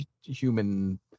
human